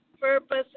purpose